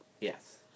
Yes